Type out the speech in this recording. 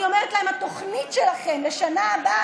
אני אומרת להם: התוכנית שלכם לשנה הבאה,